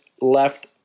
left